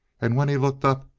and when he looked up,